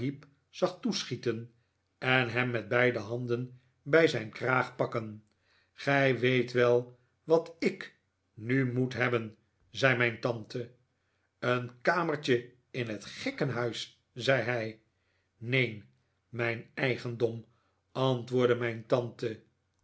zag toeschieten en hem met beide handen bij zijn kraag pakken gij weet wel wat ik nu moet hebben zei mijn tante een kamertje in het gekkenhuis zei hij neen mijn eigendom antwoordde mijn tante